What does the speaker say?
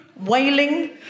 Wailing